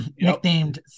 nicknamed